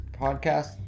podcast